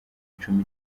icumi